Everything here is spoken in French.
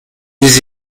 des